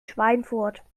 schweinfurt